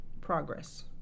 progress